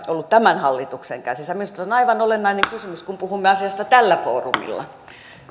ollut tämän hallituksen käsissä minusta se on aivan olennainen kysymys kun puhumme asiasta tällä foorumilla